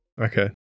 okay